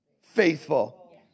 faithful